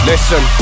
Listen